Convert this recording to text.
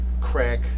crack